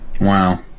Wow